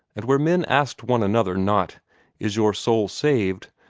and where men asked one another, not is your soul saved?